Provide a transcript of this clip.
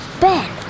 Ben